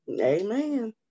Amen